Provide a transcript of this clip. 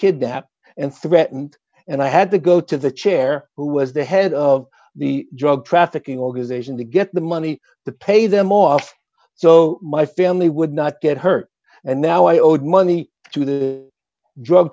kidnapped and threatened and i had to go to the chair who was the head of the drug trafficking organization to get the money to pay them off so my family would not get hurt and now i owed money to the drug